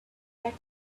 that